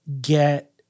get